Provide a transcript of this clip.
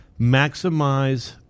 maximize